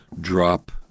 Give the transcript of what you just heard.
drop